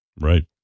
Right